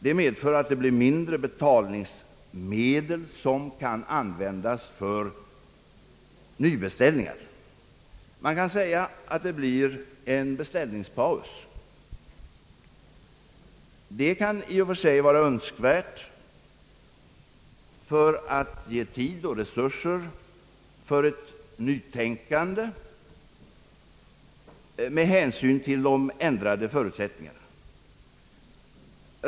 Detta medför att det blir mindre betalningsmedel som kan användas för nybeställningar. Det kan sägas att det blir en beställningspaus. Det kan i och för sig vara önskvärt för att ge tid och resurser för ett nytänkande med hänsyn till de ändrade förutsättningarna.